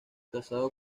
casado